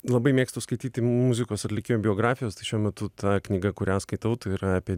labai mėgstu skaityti muzikos atlikėjų biografijas tai šiuo metu ta knyga kurią skaitau tai yra apie